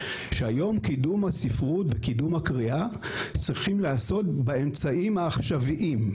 שהיום קידום הספרות וקידום הקריאה צריכים להיעשות באמצעים העכשוויים,